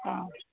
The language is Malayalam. അ